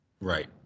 Right